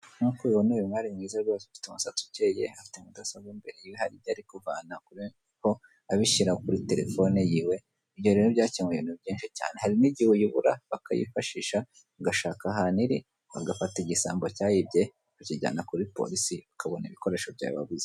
Nkuko ubibona uyu mwali mwiza rwose ufite umusatsi ukeye afite mudasobwa imbere ye hari ibyo kuvana kuri epo abishyira kuri telefone yiwe ibyo rero byakemuye ibintu byinshi cyane hari n'igihe uyibura bakayishakisha ugashaka ahantu iri bagafata igisambo cyayibye bakakijyana kuri polisi ukabona ibikoresho byawe wabuze.